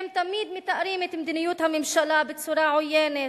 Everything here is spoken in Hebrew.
הם תמיד מתארים את מדיניות הממשלה בצורה עוינת,